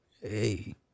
Hey